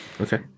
Okay